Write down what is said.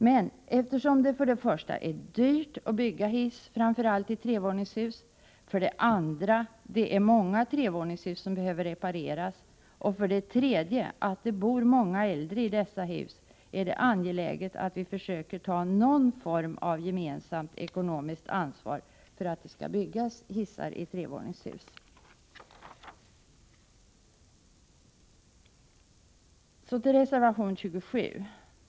Men eftersom det för det första är dyrt att bygga hiss i framför allt trevåningshus, det för det andra är många trevåningshus som behöver repareras och för det tredje bor många äldre i dessa hus, är det angeläget att vi försöker ta någon form av gemensamt ekonomiskt ansvar för att det skall byggas hissar i trevåningshus. Så till reservation 27.